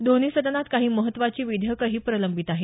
दोन्ही सदनात काही महत्वाची विधेयकही प्रलंबित आहेत